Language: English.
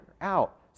out